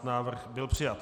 Návrh byl přijat.